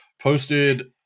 posted